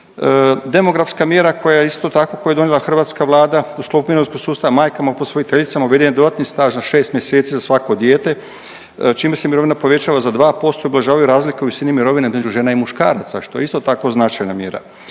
Demografska mjera koja je isto tako koje je donijela hrvatska Vlada u sklopu mirovinskog sustava majkama posvojiteljicama uveden je dodatni staž na šest mjeseci za svako dijete čime se mirovina povećava za 2%, ublažavaju razlike u visini mirovine između žena i muškaraca što je isto tako značajna mjera.